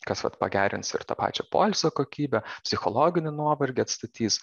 kas vat pagerins ir tą pačią poilsio kokybę psichologinį nuovargį atstatys